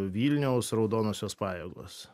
vilniaus raudonosios pajėgos